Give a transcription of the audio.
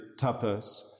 tapas